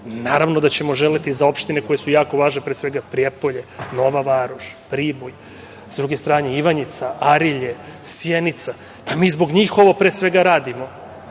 naravno da ćemo želeti za opštine koje su jako važne, pre svega Prijepolje, Nova Varoš, Priboj, s druge stane Ivanjica, Arilje, Sjenica, pa mi zbog njih ovo pre svega radimo.